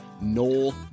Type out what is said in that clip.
Noel